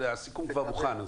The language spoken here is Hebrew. הסיכום כבר מוכן.